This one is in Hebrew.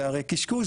זה הרי קשקוש,